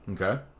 okay